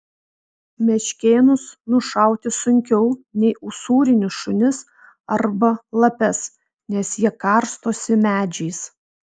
meškėnus nušauti sunkiau nei usūrinius šunis arba lapes nes jie karstosi medžiais